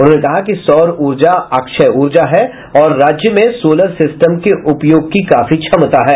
उन्होंने कहा कि सौर ऊर्जा अक्षय ऊर्जा है और राज्य में सोलर सिस्टम के उपयोग की काफी क्षमता है